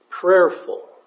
prayerful